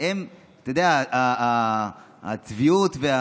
אתה יודע, הצביעות.